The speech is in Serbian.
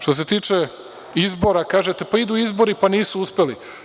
Što se tiče izbora, kažete – pa idu izbori, pa nisu uspeli.